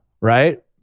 right